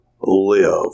live